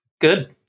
Good